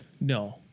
No